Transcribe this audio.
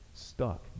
Stuck